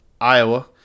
Iowa